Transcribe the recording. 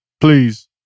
Please